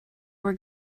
were